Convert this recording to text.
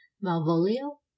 Malvolio